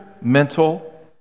mental